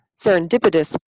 serendipitous